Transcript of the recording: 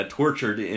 tortured